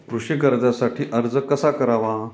कृषी कर्जासाठी अर्ज कसा करावा?